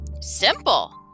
Simple